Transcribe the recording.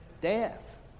Death